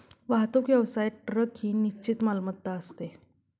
वाहतूक व्यवसायात ट्रक ही निश्चित मालमत्ता असते